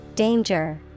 Danger